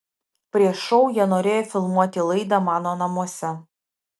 prieš šou jie norėjo filmuoti laidą mano namuose